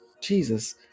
Jesus